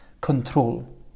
control